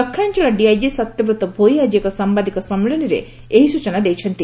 ଦକ୍ଷିଣାଞ୍ଚଳ ଡିଆଇଜି ସତ୍ୟବ୍ତ ଭୋଇ ଆଜି ଏକ ସାମ୍ଘାଦିକ ସମ୍ମିଳନୀରେ ଏହି ସୂଚନା ଦେଇଛନ୍ତି